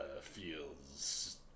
feels